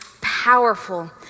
powerful